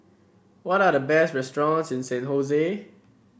what are the best restaurants in San Jose